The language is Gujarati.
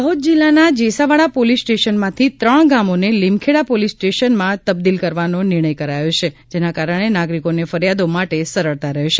દાહોદ જિલ્લાના જેસાવાડા પોલિસ સ્ટેશનમાંથી ત્રણ ગામોને લીમખેડા પોલિસ સ્ટેશનમાં તબદીલ કરવાનો નિર્ણય કરાયો છે આના કારણે નાગરિકોને ફરિયાદો માટે સરળતા રહેશે